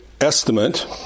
estimate